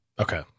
Okay